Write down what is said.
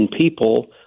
people